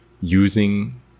using